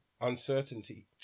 uncertainty